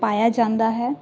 ਪਾਇਆ ਜਾਂਦਾ ਹੈ